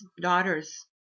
daughters